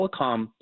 telecom